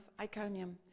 Iconium